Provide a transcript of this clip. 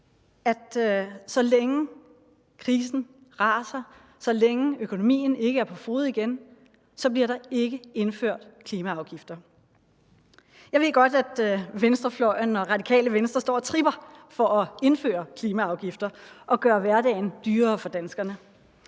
at så længe krisen raser, så længe økonomien ikke er på fode igen, bliver der ikke indført klimaafgifter. Jeg ved godt, at venstrefløjen og Radikale Venstre står og tripper for at indføre klimaafgifter og gøre hverdagen dyrere for danskerne;